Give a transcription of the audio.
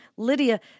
Lydia